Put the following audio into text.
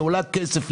שעולה כסף,